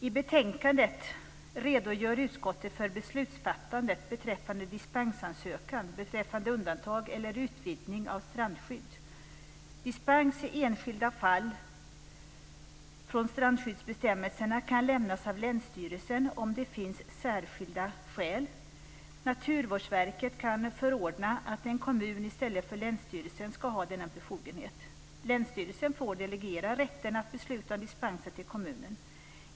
I betänkandet redogör utskottet för beslutsfattandet beträffande dispensansökan när det gäller undantag från eller utvidgning av strandskydd. Dispens i enskilda fall från strandskyddsbestämmelserna kan lämnas av länsstyrelsen om det finns särskilda skäl. Naturvårdsverket kan förordna att en kommun ska ha denna befogenhet i stället för länsstyrelsen. Länsstyrelsen får delegera rätten att besluta om dispenser till kommunen.